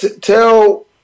tell